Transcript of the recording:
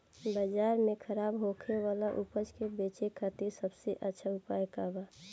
बाजार में खराब होखे वाला उपज के बेचे खातिर सबसे अच्छा उपाय का बा?